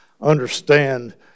understand